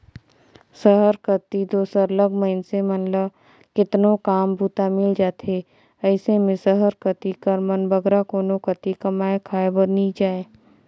सहर कती दो सरलग मइनसे मन ल केतनो काम बूता मिल जाथे अइसे में सहर कती कर मन बगरा कोनो कती कमाए खाए बर नी जांए